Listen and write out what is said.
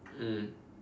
mm